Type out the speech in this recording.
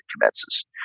commences